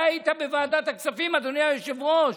אתה היית בוועדת הכספים, אדוני היושב-ראש,